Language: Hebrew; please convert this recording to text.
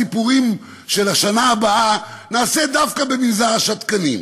הסיפורים של השנה הבאה נעשה דווקא במנזר השתקנים?